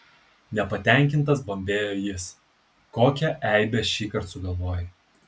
nepatenkintas bambėjo jis kokią eibę šįkart sugalvojai